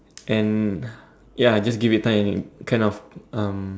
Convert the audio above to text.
and ya I just give it time only kind of um